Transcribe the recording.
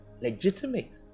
legitimate